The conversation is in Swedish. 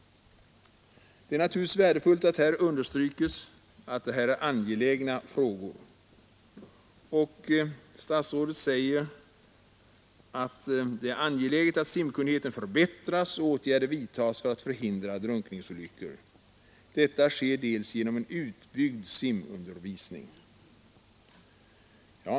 Det är naturligtvis värdefullt att här understryks att dessa frågor är angelägna. Statsrådet säger att det är angeläget att simkunnigheten förbättras och att åtgärder vidtas för att förhindra drunkningsolyckor samt att detta sker bl.a. genom en utbyggd simundervisning.